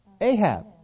Ahab